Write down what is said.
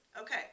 Okay